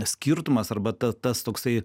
skirtumas arba tas toksai